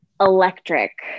Electric